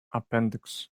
appendix